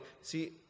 See